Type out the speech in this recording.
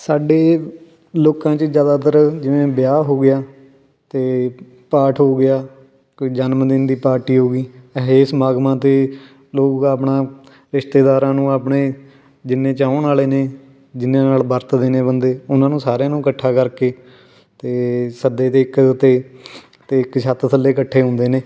ਸਾਡੇ ਲੋਕਾਂ 'ਚ ਜ਼ਿਆਦਾਤਰ ਜਿਵੇਂ ਵਿਆਹ ਹੋ ਗਿਆ ਅਤੇ ਪਾਠ ਹੋ ਗਿਆ ਕੋਈ ਜਨਮ ਦਿਨ ਦੀ ਪਾਰਟੀ ਹੋ ਗਈ ਇਹ ਜਿਹੇ ਸਮਾਗਮਾਂ 'ਤੇ ਲੋਕ ਆਪਣਾ ਰਿਸ਼ਤੇਦਾਰਾਂ ਨੂੰ ਆਪਣੇ ਜਿੰਨੇ ਚਾਹੁਣ ਵਾਲੇ ਨੇ ਜਿੰਨਿਆਂ ਨਾਲ ਵਰਤਦੇ ਨੇ ਬੰਦੇ ਉਹਨਾਂ ਨੂੰ ਸਾਰਿਆਂ ਨੂੰ ਇਕੱਠਾ ਕਰਕੇ ਅਤੇ ਸੱਦੇ 'ਤੇ ਇੱਕ ਅਤੇ ਅਤੇ ਇੱਕ ਛੱਤ ਥੱਲੇ ਇਕੱਠੇ ਹੁੰਦੇ ਨੇ